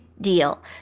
deal